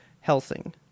Helsing